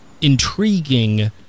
intriguing